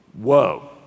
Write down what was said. Whoa